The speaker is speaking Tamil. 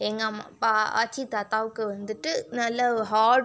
எங்கள் அம்மாப்பா ஆச்சி தாத்தாவுக்கு வந்துட்டு நல்ல ஒரு ஹாட்